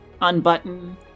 unbutton